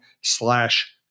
slash